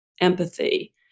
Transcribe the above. empathy